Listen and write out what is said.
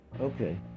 Okay